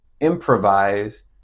improvise